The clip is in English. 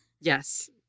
Yes